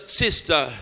sister